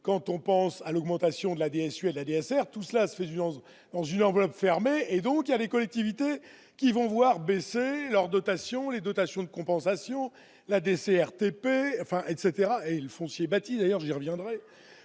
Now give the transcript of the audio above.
quand on pense à l'augmentation de la bien sûr la DSR tout cela se fait violence dans une enveloppe fermée et donc il y a les collectivités qui vont voir baisser leur dotation et dotations de compensation, la desserte, enfin etc et le foncier bâti l'allergie reviendrait